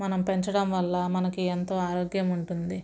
మనం పెంచడం వల్ల మనకి ఎంతో ఆరోగ్యం ఉంటుంది